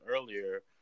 earlier